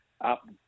up